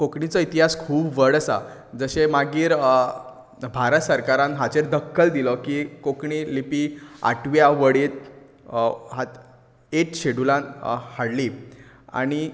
कोंकणीचो इतिहास खूब व्हड आसा जशें मागीर भारत सरकारान हाचेर दक्कल दिलो की कोंकणी लिपी आठव्या वळेंत ऐथ् शेड्यूलान हाडली आनी